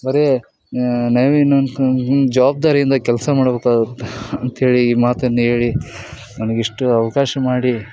ಬರೀ ನಯ ಜವಬ್ದಾರಿಯಿಂದ ಕೆಲಸ ಮಾಡಬೇಕಾಗುತ್ತೆ ಅಂಥೇಳಿ ಈ ಮಾತನ್ನ ಹೇಳಿ ನನಗೆ ಇಷ್ಟು ಅವಕಾಶ ಮಾಡಿ